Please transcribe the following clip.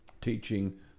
teaching